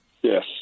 Yes